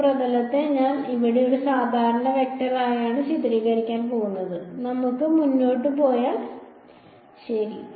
ഈ പ്രതലത്തെ ഞാൻ ഇവിടെ ഒരു സാധാരണ വെക്ടറാണ് ചിത്രീകരിക്കാൻ പോകുന്നത് നമുക്ക് മുന്നോട്ട് പോയാൽ ശരി